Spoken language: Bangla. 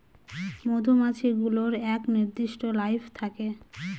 মধুমাছি গুলোর এক নির্দিষ্ট লাইফ থাকে